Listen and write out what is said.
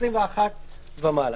21 ומעלה.